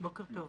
בוקר טוב.